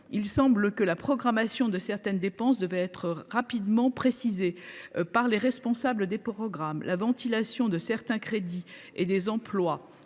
Deuxièmement, la programmation de certaines dépenses devra rapidement être précisée par les responsables des programmes. La ventilation de certains crédits et des emplois